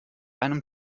einem